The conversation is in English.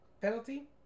penalty